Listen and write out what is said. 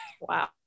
wow